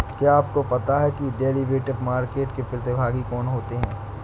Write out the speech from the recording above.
क्या आपको पता है कि डेरिवेटिव मार्केट के प्रतिभागी कौन होते हैं?